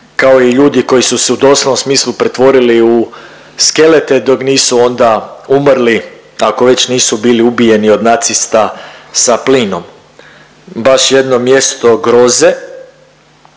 kao i ljudi koji su se u doslovnim smislu pretvorili u skelete dok nisu onda umrli, ako već nisu bili ubijeni od nacista sa plinom. Baš jedno mjesto groze.